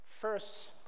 first